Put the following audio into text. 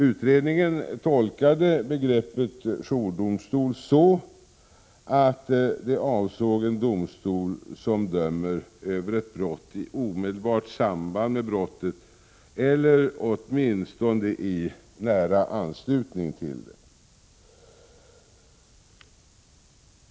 Utredningens tolkning av begreppet jourdomstol var att det avsåg en domstol som dömer över ett brott i omedelbart samband med brottet eller åtminstone i nära anslutning till det.